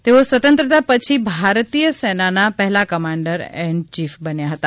તેઓ સ્વતંત્રતા પછી ભારતીય સેનાના પહેલાં કમાન્ડર એન્ડ ચીફ બન્યા હતા